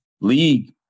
league